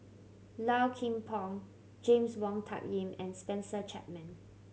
Low Kim Pong James Wong Tuck Yim and Spencer Chapman